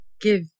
give